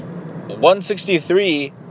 163